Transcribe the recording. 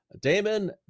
Damon